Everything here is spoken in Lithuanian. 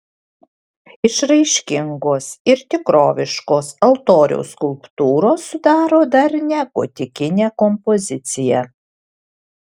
išraiškingos ir tikroviškos altoriaus skulptūros sudaro darnią gotikinę kompoziciją